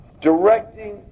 directing